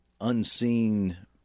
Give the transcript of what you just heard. unseen